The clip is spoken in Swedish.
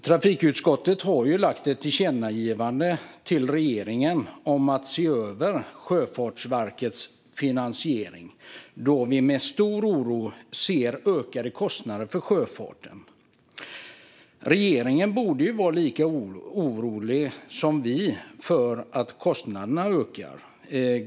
Trafikutskottet ligger ju bakom ett tillkännagivande till regeringen om att se över Sjöfartsverkets finansiering, då vi med stor oro ser ökade kostnader för sjöfarten. Regeringen borde vara lika orolig som vi över att kostnaderna ökar.